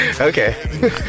Okay